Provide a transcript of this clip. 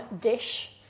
dish